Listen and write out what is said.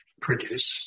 produce